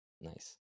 Nice